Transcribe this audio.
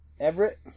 Everett